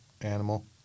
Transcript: animal